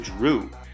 Drew